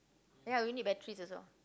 ya we need batteries also